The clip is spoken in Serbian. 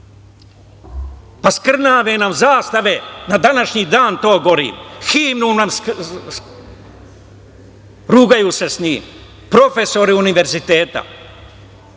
Pa skrnave nam zastave, na današnji dan to govorim, himnu nam skrnave, rugaju se sa njim, profesori univerziteta. Onih